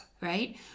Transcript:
right